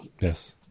Yes